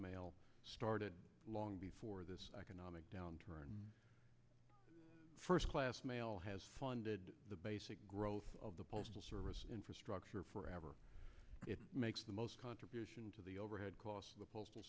mail started long before this economic downturn first class mail has funded the basic growth of the postal service infrastructure forever makes the most contribution to the overhead costs